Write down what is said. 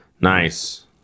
Nice